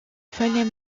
fallait